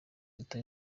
leta